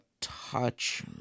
touch